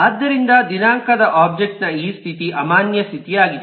ಆದ್ದರಿಂದ ದಿನಾಂಕದ ಒಬ್ಜೆಕ್ಟ್ ನ ಈ ಸ್ಥಿತಿ ಅಮಾನ್ಯ ಸ್ಥಿತಿಯಾಗಿದೆ